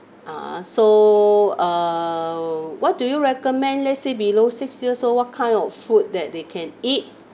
uh so err what do you recommend let's say below six years old what kind of food that they can eat